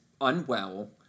unwell